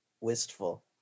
wistful